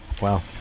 Wow